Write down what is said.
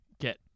get